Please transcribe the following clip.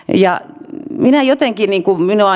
ja minä jotenkin